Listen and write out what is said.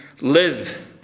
live